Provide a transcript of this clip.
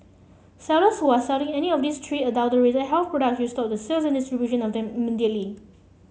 sellers who are selling any of these three adulterated with health products should stop the sales and distribution of them immediately